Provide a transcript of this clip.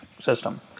system